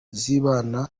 zibana